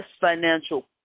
financial